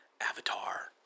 Avatar